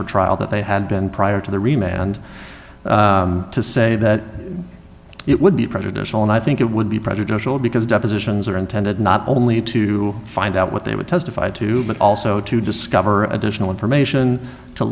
for trial that they had been prior to the remain and to say that it would be prejudicial and i think it would be prejudicial because depositions are intended not only to find out what they would testify to but also to discover additional information to